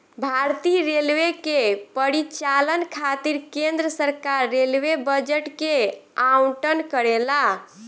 भारतीय रेलवे के परिचालन खातिर केंद्र सरकार रेलवे बजट के आवंटन करेला